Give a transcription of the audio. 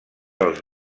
els